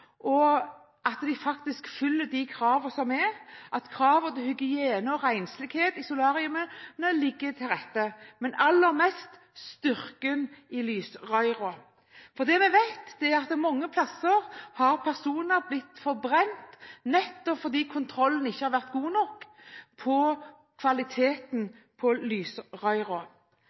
at kravene til hygiene og renslighet i solariet blir oppfylt. Men aller mest gjelder det styrken i lysstoffrørene. Det vi vet, er at mange steder har personer blitt forbrent, nettopp fordi kontrollen ikke har vært god nok med hensyn til kvaliteten på